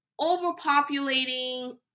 overpopulating